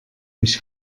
mich